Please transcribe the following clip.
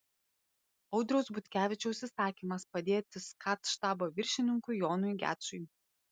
audriaus butkevičiaus įsakymas padėti skat štabo viršininkui jonui gečui